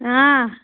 آ